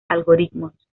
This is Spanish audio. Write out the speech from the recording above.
algoritmos